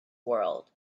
world